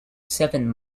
seven